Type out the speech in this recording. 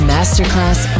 Masterclass